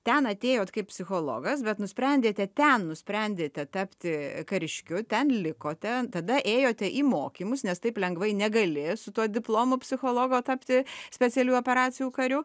ten atėjot kaip psichologas bet nusprendėte ten nusprendėte tapti kariškiu ten likote tada ėjote į mokymus nes taip lengvai negali su tuo diplomu psichologo tapti specialiųjų operacijų kariu